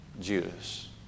Judas